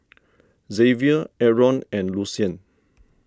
Xavier Aron and Lucien